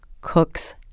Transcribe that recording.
cooks